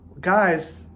guys